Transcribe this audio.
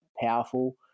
powerful